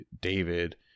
David